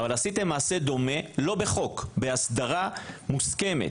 אבל עשיתם מעשה דומה לא בחוק, בהסדרה מוסכמת,